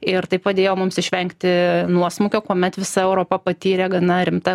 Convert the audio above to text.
ir tai padėjo mums išvengti nuosmukio kuomet visa europa patyrė gana rimtą